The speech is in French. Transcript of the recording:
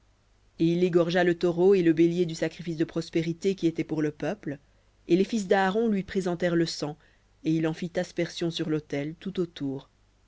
et il égorgea le taureau et le bélier du sacrifice de prospérités qui était pour le peuple et les fils d'aaron lui présentèrent le sang et il en fit aspersion sur l'autel tout autour